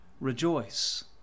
rejoice